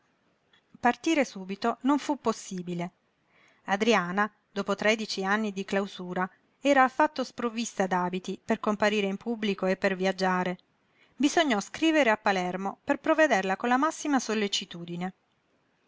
irrimediabile partire subito non fu possibile adriana dopo tredici anni di clausura era affatto sprovvista d'abiti per comparire in pubblico e per viaggiare bisognò scrivere a palermo per provvederla con la massima sollecitudine